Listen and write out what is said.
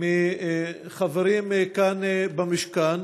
מחברים כאן במשכן.